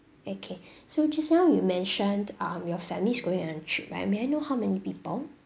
okay so just now you mentioned um your family is going on a trip right may I know how many people